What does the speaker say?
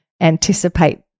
anticipate